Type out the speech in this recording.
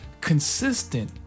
consistent